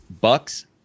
Bucks